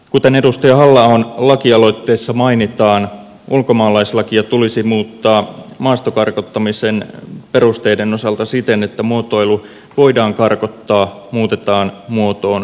kuten edustaja halla ahon lakialoitteessa mainitaan ulkomaalaislakia tulisi muuttaa maasta karkottamisen perusteiden osalta siten että muotoilu voidaan karkottaa muutetaan muotoon karkotetaan